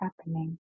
happening